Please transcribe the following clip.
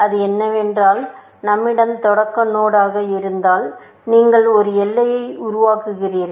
அது என்னவென்றால் நம்மிடம் தொடக்க நோடுஆக இருந்தால் நீங்கள் ஒரு எல்லையை உருவாக்குகிறீர்கள்